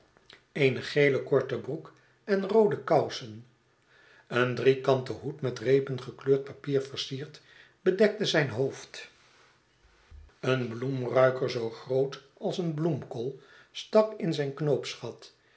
eene gele korte broek en roode kousen een driekante hoed met reepen gekleurd papier versierd bedekte zijn hoofd een uitdragerswinkels bloemruiker zoo groot als een bloemkool stak in zijn